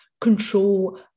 control